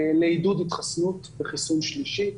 לעידוד התחסנות בחיסון שלישי.